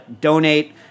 Donate –